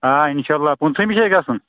آ اِنشاء اللہ پٕنژہٲمہِ چھِ اَسہِ گژھُن